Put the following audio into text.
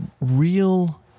real